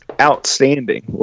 outstanding